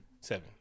Seven